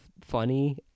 funny